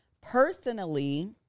personally